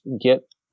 get